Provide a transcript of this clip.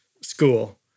school